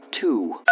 two